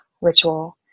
ritual